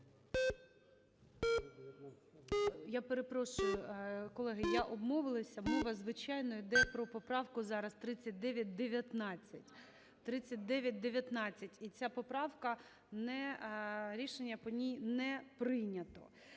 Я перепрошую, колеги, я обмовилася. Мова, звичайно, йде про поправку зараз 3919, 3919. І ця поправка, рішення по ній не прийнято.